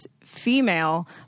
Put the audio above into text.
female